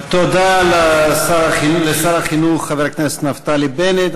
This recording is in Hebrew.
תודה לשר החינוך חבר הכנסת נפתלי בנט.